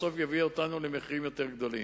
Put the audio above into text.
בסוף זה יביא אותנו למחירים יותר גדולים.